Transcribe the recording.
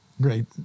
great